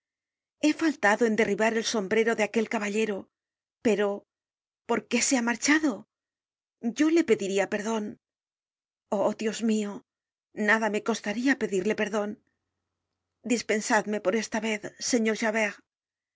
he faltado en derribar el sombrero de aquel caballero pero por qué se ha marchado yo le pediria perdon oh dios mio nada me costaria pedirle perdon dispensadme por esta vez r señor